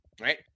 right